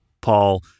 Paul